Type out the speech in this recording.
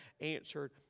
answered